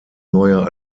neuer